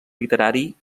literari